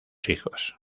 hijos